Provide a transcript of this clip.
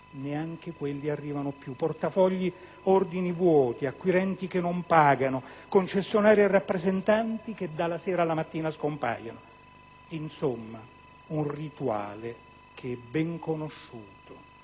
Cina e India, arrivano più. Portafogli, ordini ormai vuoti, acquirenti che non pagano, concessionari e rappresentanti che dalla sera alla mattina scompaiono: insomma, un rituale che è ben conosciuto.